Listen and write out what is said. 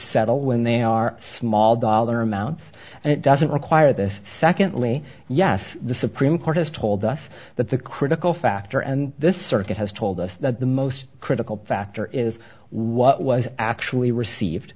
settle when they are small dollar amounts and it doesn't require this secondly yes the supreme court has told us that the critical factor and this circuit has told us that the most critical factor is what was actually received